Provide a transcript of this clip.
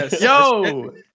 Yo